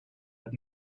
and